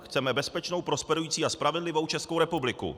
Chceme bezpečnou, prosperující a spravedlivou Českou republiku.